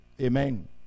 Amen